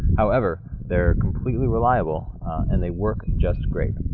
however, they're completely reliable and they work just great.